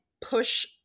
push